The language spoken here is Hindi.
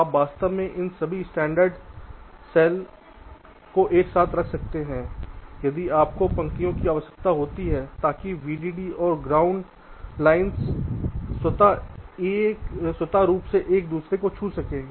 तो आप वास्तव में इन सभी स्टैंडर्ड सेल को साथ साथ रख सकते हैं यदि आपको पंक्तियों में आवश्यकता होती है ताकि VDD और ग्राउंड लाइनें स्वत रूप से एक दूसरे को छू सकें